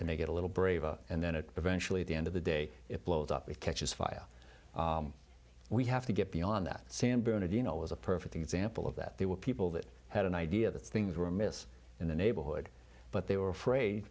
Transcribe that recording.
and they get a little braver and then it eventually at the end of the day it blows up it catches fire we have to get beyond that san bernadino was a perfect example of that there were people that had an idea that things were missed in the neighborhood but they were afraid